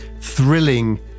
thrilling